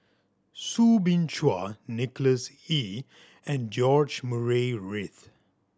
Soo Bin Chua Nicholas Ee and George Murray Reith